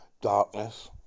Darkness